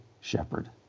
shepherd